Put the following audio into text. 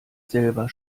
selber